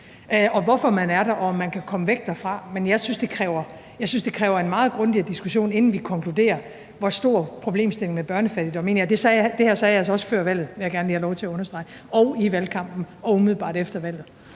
og hvorfor man er der, og om man kan komme væk derfra. Men jeg synes, det kræver en meget grundigere diskussion, inden vi konkluderer, hvor stor problemstillingen med børnefattigdom egentlig er. Det her sagde jeg altså også før valget, vil jeg gerne lige have lov til at understrege og i valgkampen og umiddelbart efter valget.